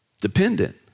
Dependent